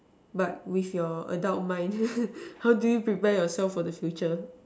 but with your adult mind how do you prepare yourself for the future